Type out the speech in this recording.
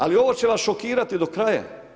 Ali ovo će vas šokirati do kraja.